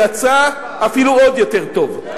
יצא אפילו עוד יותר טוב.